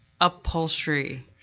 Upholstery